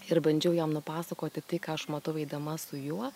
ir bandžiau jam nupasakoti tai ką aš matau eidama su juo